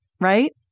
right